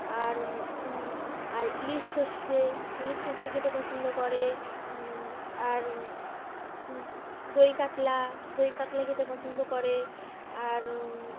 আর আর ইলিশ সর্ষে ইলিশ সর্ষে খেতে পছন্দ করে আর দই কাতলা দই কাতলা খেতে পছন্দ করে আর